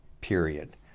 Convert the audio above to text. period